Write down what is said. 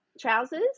trousers